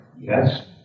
Yes